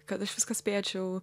kad aš viską spėčiau